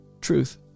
Truth